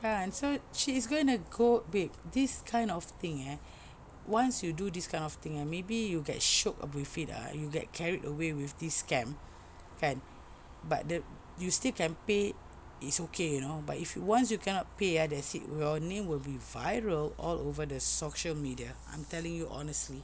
kan so she is going to go babe this kind of thing eh once you do this kind of thing eh maybe you get shiok with it ah you get carried away with this scam kan but the you still can pay is okay you know but once you cannot pay ah that's it your name will be viral all over the social media I'm telling you honestly